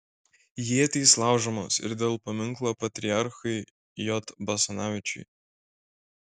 ietys laužomos ir dėl paminklo patriarchui j basanavičiui